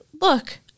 Look